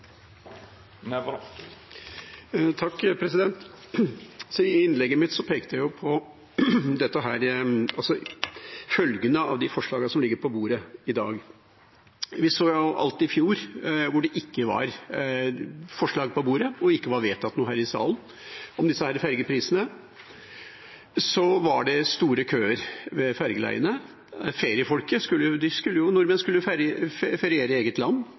I innlegget mitt pekte jeg på følgene av de forslagene som ligger på bordet i dag. Vi så alt i fjor, hvor det ikke var forslag på bordet og ikke var vedtatt noe her i salen om fergeprisene, at det var store køer ved fergeleiene. Nordmenn skulle